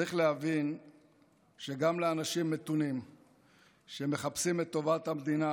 צריך להבין שגם לאנשים מתונים שמחפשים את טובת המדינה,